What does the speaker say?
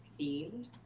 themed